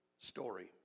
story